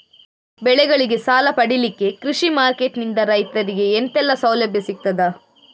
ಬೆಳೆಗಳಿಗೆ ಸಾಲ ಪಡಿಲಿಕ್ಕೆ ಕೃಷಿ ಮಾರ್ಕೆಟ್ ನಿಂದ ರೈತರಿಗೆ ಎಂತೆಲ್ಲ ಸೌಲಭ್ಯ ಸಿಗ್ತದ?